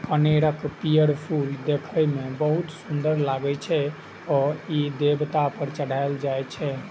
कनेरक पीयर फूल देखै मे बहुत सुंदर लागै छै आ ई देवता पर चढ़ायलो जाइ छै